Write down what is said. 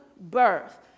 birth